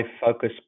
focus